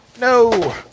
No